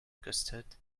custard